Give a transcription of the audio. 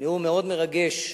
נאום מרגש מאוד,